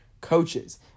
coaches